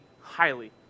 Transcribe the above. highly